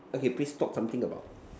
okay please talk something about